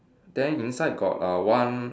then inside got uh one